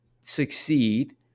succeed